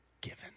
given